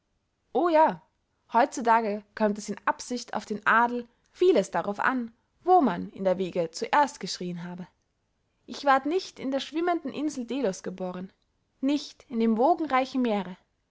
o ja heut zu tage kömmt es in absicht auf den adel vieles darauf an wo man in der wiege zuerst geschrien habe ich ward nicht in der schwimmenden insel delos geboren nicht in dem wogenreichen meere